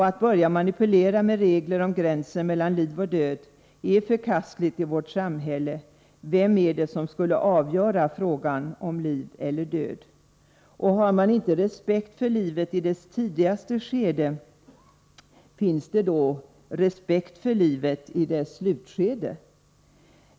Att börja manipulera med regler om gränsen mellan liv och död är förkastligt. Vem är det som skall avgöra frågan om liv eller död? Har man inte respekt för livet i dess tidigaste skede, finns det då respekt för livet i dess slutskede?